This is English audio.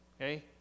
Okay